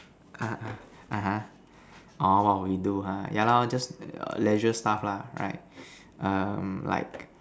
ah (uh huh) orh what would you do ha yeah lor just Leisure stuff lah right um like